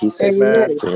Amen